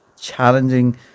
challenging